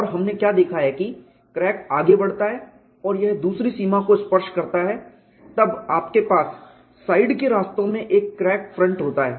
और हमने क्या देखा है कि क्रैक आगे बढ़ता है और यह दूसरी सीमा को स्पर्श करता है तब आपके पास साइड के रास्तों में एक क्रैक फ्रंट होता है